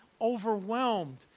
overwhelmed